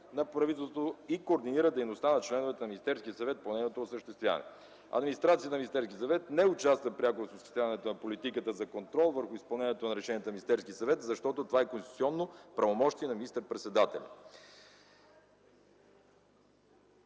на правителството и координира дейността на членовете на Министерския съвет по нейното осъществяване. Администрацията на Министерския съвет не участва пряко в осъществяване на политиката за контрол върху изпълнението на решенията на Министерския съвет, защото това е конституционно правомощие на министър-председателя.